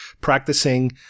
practicing